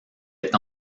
est